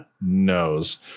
knows